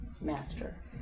Master